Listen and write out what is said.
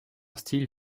style